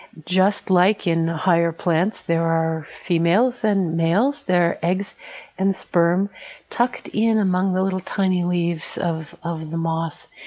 just like in higher plants there are females and males, there are eggs and sperm tucked in among the little tiny leaves of of the moss.